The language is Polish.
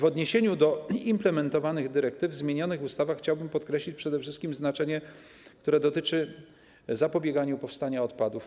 W odniesieniu do implementowanych dyrektyw w zmienianych ustawach chciałbym podkreślić przede wszystkim znaczenie, które dotyczy zapobiegania powstawaniu odpadów.